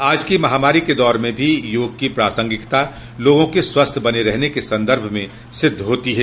आज की महामारो क दौर में भी योग की प्रासंगिकता लोगों के स्वस्थ बने रहने के सन्दर्भ में सिद्ध होती है